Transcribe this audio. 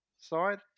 side